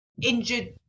injured